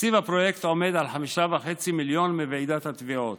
תקציב הפרויקט עומד על 5.5 מיליון מוועידת התביעות.